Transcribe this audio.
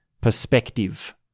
perspective